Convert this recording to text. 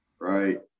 right